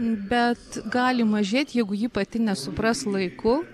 bet gali mažėti jeigu ji pati nesupras laiku